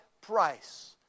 price